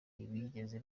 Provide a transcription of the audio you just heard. ntibigeze